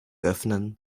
öffnen